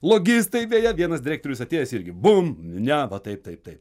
logistai beje vienas direktorius atėjęs irgi bum ne va taip taip taip